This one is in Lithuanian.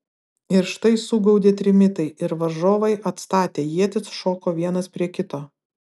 ir štai sugaudė trimitai ir varžovai atstatę ietis šoko vienas prie kito